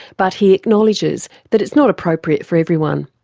but he acknowledges that it's not appropriate for everyone.